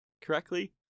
correctly